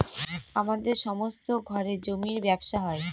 আমাদের সমস্ত ঘরে জমির ব্যবসা হয়